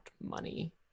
money